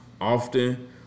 often